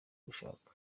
gushaka